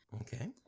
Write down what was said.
okay